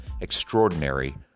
extraordinary